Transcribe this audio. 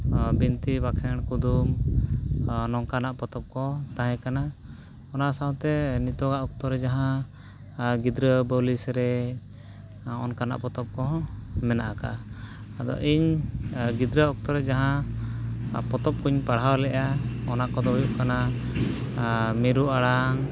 ᱵᱤᱱᱛᱤ ᱵᱟᱸᱠᱷᱮᱲ ᱠᱩᱫᱩᱢ ᱱᱚᱝᱠᱟᱱᱟᱜ ᱯᱚᱛᱚᱵᱽ ᱠᱚ ᱛᱟᱦᱮᱸ ᱠᱟᱱᱟ ᱚᱱᱟ ᱥᱟᱶᱛᱮ ᱱᱤᱛᱜᱟᱜ ᱚᱠᱛᱚ ᱨᱮ ᱡᱟᱦᱟᱸ ᱜᱤᱫᱽᱨᱟᱹ ᱵᱟᱹᱣᱞᱤ ᱥᱮᱨᱮᱧ ᱟᱨ ᱚᱱᱠᱟᱱᱟᱜ ᱯᱚᱛᱚᱵᱽ ᱠᱚ ᱢᱮᱱᱟᱜ ᱠᱟᱜᱼᱟ ᱟᱫᱚ ᱤᱧ ᱜᱤᱫᱽᱨᱟᱹ ᱚᱠᱛᱚ ᱨᱮ ᱡᱟᱦᱟᱸ ᱯᱚᱛᱚᱵᱽ ᱠᱚᱧ ᱯᱟᱲᱦᱟᱣ ᱞᱮᱜᱼᱟ ᱚᱱᱟ ᱠᱚᱫᱚ ᱦᱩᱭᱩᱜ ᱠᱟᱱᱟ ᱢᱤᱨᱩ ᱟᱲᱟᱝ